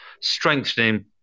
strengthening